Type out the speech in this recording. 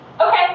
Okay